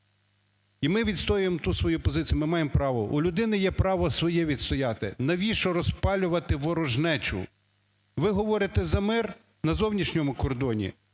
І ми відстоюємо ту свою позицію, ми маємо право. У людини є право своє відстояти, навіщо розпалювати ворожнечу. Ви говорите за мир на зовнішньому кордоні,